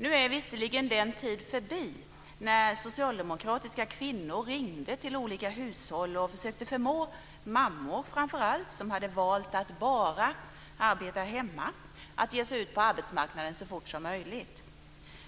Nu är visserligen den tid förbi när socialdemokratiska kvinnor ringde till olika hushåll och försökte förmå mammor, framför allt, som hade valt att bara arbeta hemma att ge sig ut på arbetsmarknaden så fort som möjligt.